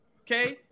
Okay